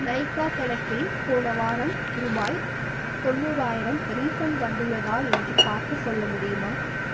நைகா கணக்கில் போன வாரம் ரூபாய் தொண்ணூறாயிரம் ரீஃபண்ட் வந்துள்ளதா என்று பார்த்துச் சொல்ல முடியுமா